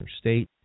state